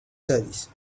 service